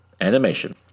animation